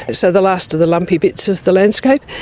and so the last of the lumpy bits of the landscape,